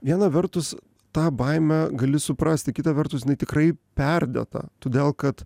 viena vertus tą baimę gali suprasti kita vertus jinai tikrai perdėta todėl kad